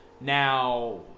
Now